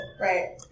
Right